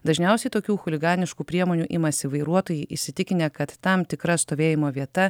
dažniausiai tokių chuliganiškų priemonių imasi vairuotojai įsitikinę kad tam tikra stovėjimo vieta